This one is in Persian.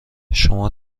شما